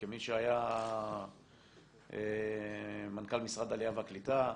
כמי שהיה מנכ"ל משרד העלייה והקליטה,